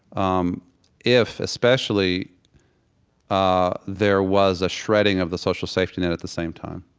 um if especially ah there was a shredding of the social safety net at the same time.